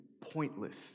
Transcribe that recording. pointless